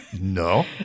no